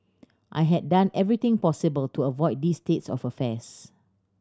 I had done everything possible to avoid this state of affairs